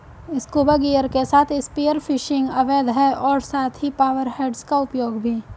scuba gear के साथ spear fishing अवैध है और साथ ही पावर हेड्स का उपयोग भी